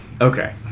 Okay